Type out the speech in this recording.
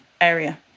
area